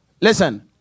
Listen